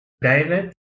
David